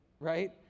right